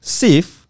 save